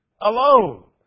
alone